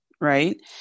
right